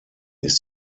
ist